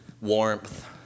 warmth